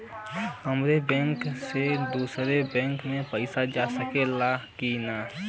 हमारे बैंक से दूसरा बैंक में पैसा जा सकेला की ना?